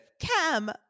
Cam